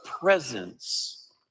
presence